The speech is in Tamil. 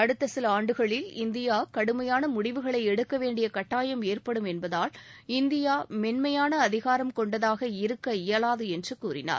அடுத்த சில ஆண்டுகளில் இந்தியா கடுமையான முடிவுகளை எடுக்க வேண்டிய கட்டாயம் ஏற்படும் என்பதால் இந்தியா மென்மையான அதிகாரம் கொண்டதாக இருக்க இயலாது என்று கூறினார்